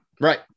Right